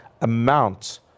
amount